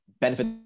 benefit